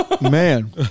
Man